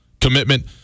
commitment